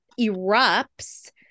erupts